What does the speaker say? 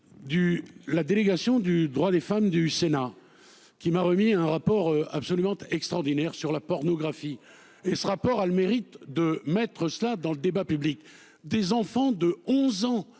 la délégation du droit des femmes du Sénat qui m'a remis un rapport absolument extraordinaire sur la pornographie. Et ce rapport a le mérite de mettre cela dans le débat public des enfants de 11 ans,